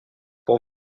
pour